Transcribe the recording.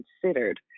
considered